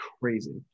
crazy